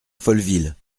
folleville